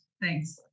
Thanks